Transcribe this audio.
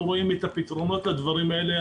אנחנו רואים את הפתרונות לדברים האלה.